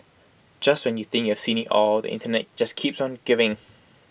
just when you think you've seen IT all the Internet just keeps on giving